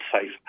safe